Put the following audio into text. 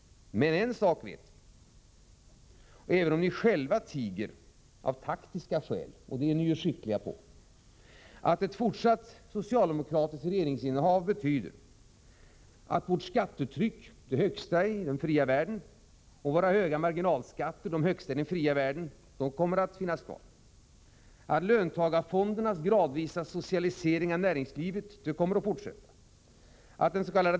Men en sak vet vi, även om ni själva tiger av taktiska skäl — och det är ni ju skickliga på: Ett fortsatt socialdemokratiskt regeringsinnehav betyder — att vårt skattetryck, det högsta i den fria världen, och våra marginalskatter, likaså de högsta i den fria världen, kommer att finnas kvar. —- att löntagarfondernas gradvisa socialisering av näringslivet kommer att fortsätta. — att dens.k.